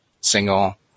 single